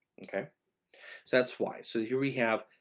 okay. so that's why, so here we have,